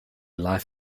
life